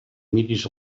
mires